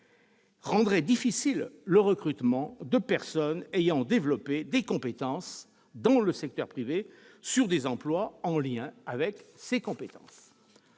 rendrait difficile le recrutement de personnes ayant développé des compétences dans le secteur privé sur des emplois [...] en lien avec ces compétences.